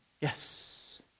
Yes